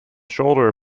shoulder